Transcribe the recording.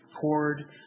cord